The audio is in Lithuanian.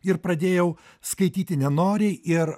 ir pradėjau skaityti nenoriai ir